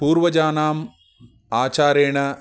पूर्वजानाम् आचारेण